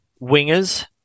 wingers